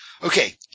Okay